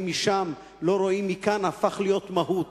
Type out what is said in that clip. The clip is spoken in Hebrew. משם לא רואים מכאן" הפך להיות מהות,